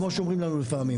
כמו שאומרים לנו לפעמים.